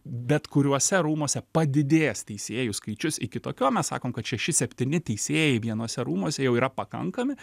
bet kuriuose rūmuose padidės teisėjų skaičius iki tokio mes sakom kad šeši septyni teisėjai vienuose rūmuose jau yra pakankami